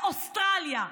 באוסטרליה,